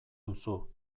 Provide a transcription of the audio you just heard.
duzu